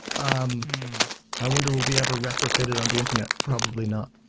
um i wonder we'll be ever retrofitted on the internet. probably not.